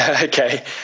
Okay